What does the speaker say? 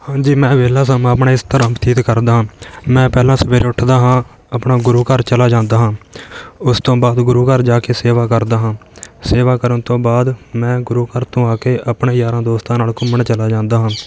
ਹਾਂਜੀ ਮੈਂ ਵਿਹਲਾ ਸਮਾਂ ਆਪਣਾ ਇਸ ਤਰ੍ਹਾਂ ਬਤੀਤ ਕਰਦਾ ਹਾਂ ਮੈਂ ਪਹਿਲਾਂ ਸਵੇਰੇ ਉੱਠਦਾ ਹਾਂ ਆਪਣਾ ਗੁਰੂ ਘਰ ਚਲਾ ਜਾਂਦਾ ਹਾਂ ਉਸ ਤੋਂ ਬਾਅਦ ਗੁਰੂ ਘਰ ਜਾ ਕੇ ਸੇਵਾ ਕਰਦਾ ਹਾਂ ਸੇਵਾ ਕਰਨ ਤੋਂ ਬਾਅਦ ਮੈਂ ਗੁਰੂ ਘਰ ਤੋਂ ਆ ਕੇ ਆਪਣੇ ਯਾਰਾਂ ਦੋਸਤਾਂ ਨਾਲ਼ ਘੁੰਮਣ ਚਲਾ ਜਾਂਦਾ ਹਾਂ